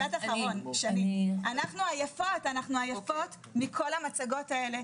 אנחנו עייפות מכל המצגות האלה,